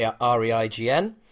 R-E-I-G-N